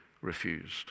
refused